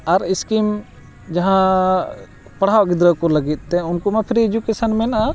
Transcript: ᱟᱨ scheme ᱡᱟᱦᱟᱸ ᱯᱟᱲᱦᱟᱜ ᱜᱤᱫᱽᱨᱟᱹ ᱠᱚ ᱞᱟᱹᱜᱤᱫ ᱛᱮ ᱩᱱᱠᱩ ᱢᱟ ᱯᱷᱨᱤ ᱮᱰᱩᱠᱮᱥᱚᱱ ᱢᱮᱱᱟᱜᱼᱟ